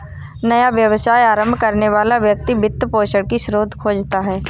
नया व्यवसाय आरंभ करने वाला व्यक्ति वित्त पोषण की स्रोत खोजता है